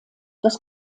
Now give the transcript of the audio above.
das